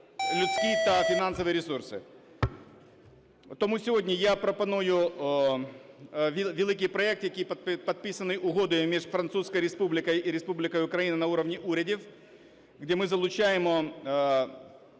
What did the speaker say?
Тому сьогодні я пропоную великий проект, який підписаний Угодою між Французькою Республікою і Республікою Україна на рівні урядів, де ми залучаємо